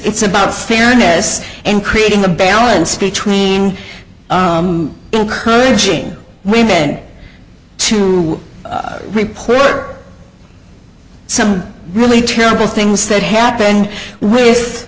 it's about fairness and creating a balance between encouraging we men to report some really terrible things that happened with